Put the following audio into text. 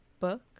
book